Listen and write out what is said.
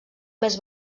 més